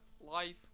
life